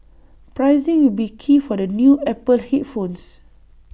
pricing will be key for the new Apple headphones